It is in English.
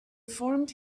formed